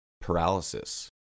paralysis